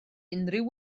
unrhyw